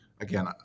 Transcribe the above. again